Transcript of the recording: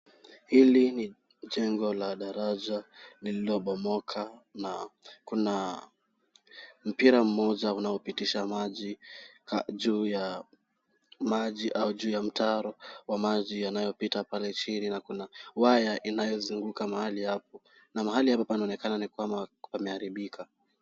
Hili ni jengo la daraja lililobomoka na kuna mpira mmoja unaopitisha maji juu ya maji au juu ya mtaro wa maji yanayopita pale chini na kuna waya inayozunguka mahali hapo na mahali hapa inaonekana kwamba pameharibika.